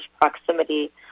proximity